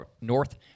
North